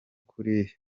kuriya